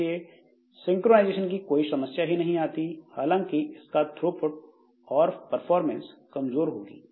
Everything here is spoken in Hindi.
इसलिए सिंक्रोनाइजेशन की कोई समस्या ही नहीं आती हालांकि इसका थ्रोपुट और परफॉर्मेंस कमजोर होगी